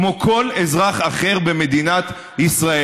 כמו לכל אזרח אחר במדינת ישראל.